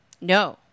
No